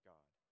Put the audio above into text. God